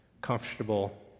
comfortable